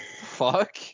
Fuck